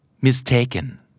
Mistaken